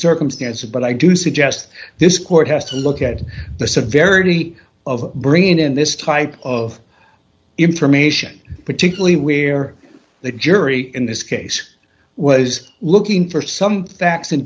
circumstances but i do suggest this court has to look at the severity of bringing in this type of information particularly where the jury in this case was looking for some facts